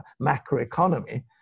macroeconomy